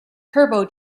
turbo